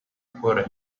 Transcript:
پره